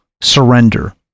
surrender